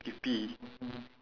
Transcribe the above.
skippy